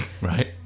Right